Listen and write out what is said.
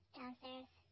Downstairs